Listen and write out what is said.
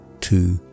Two